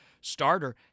Starter